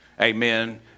amen